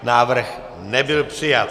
Návrh nebyl přijat.